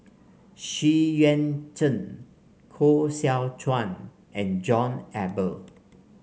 Xu Yuan Zhen Koh Seow Chuan and John Eber